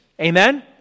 Amen